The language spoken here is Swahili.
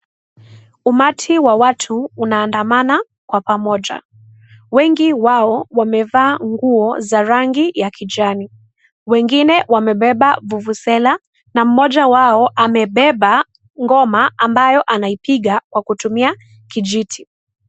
Umati wa watu unaandamana kwa pamoja. Wengi wao wamevaa nguo za rangi ya kijani. Wengine wamebeba vuvuzela na mmoja wao amebeba ngoma ambayo anaipiga kwa kutumia kijiti.